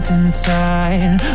inside